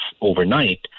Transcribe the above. overnight